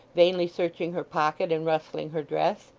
vainly searching her pocket and rustling her dress.